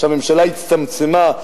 כשהממשלה הצטמצמה,